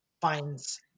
finds